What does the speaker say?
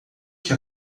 que